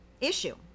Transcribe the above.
issue